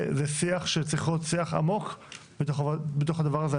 זה שיח שצריך להיות שיח עמוק בתוך הדבר הזה.